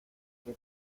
que